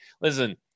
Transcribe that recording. listen